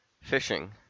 Fishing